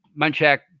Munchak